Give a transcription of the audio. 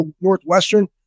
Northwestern